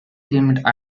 themed